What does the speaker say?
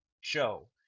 show